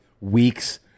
weeks